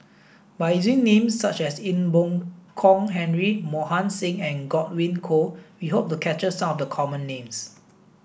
by using names such as Ee Boon Kong Henry Mohan Singh and Godwin Koay we hope to capture some of the common names